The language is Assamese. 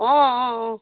অঁ অঁ অঁ